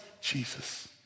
Jesus